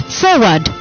forward